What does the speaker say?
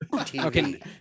Okay